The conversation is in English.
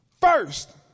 first